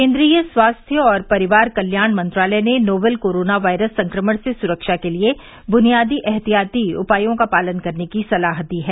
केन्द्रीय स्वास्थ्य और परिवार कल्याण मंत्रालय ने नोवल कोरोना वायरस संक्रमण से सुरक्षा के लिए बुनियादी एहतियाती उपायों का पालन करने की सलाह दी है